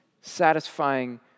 satisfying